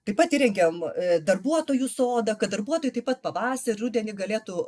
taip pat įrengėm darbuotojų sodą kad darbuotojai taip pat pavasarį rudenį galėtų